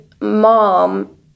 mom